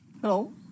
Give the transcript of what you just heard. Hello